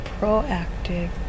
proactive